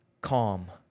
calm